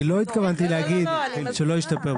אני לא התכוונתי להגיד שלא השתפר.